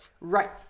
right